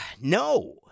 No